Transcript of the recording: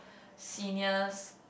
senior's